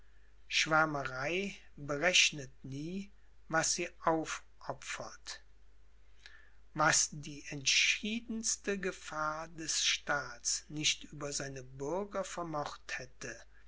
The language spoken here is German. schwärmerei berechnet nie was sie aufopfert was die entschiedenste gefahr des staats nicht über seine bürger vermocht hätte